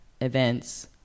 events